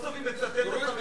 סוף-סוף היא מצטטת מהמקורות.